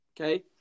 Okay